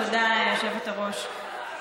תודה, היושבת-ראש.